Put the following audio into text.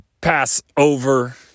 Passover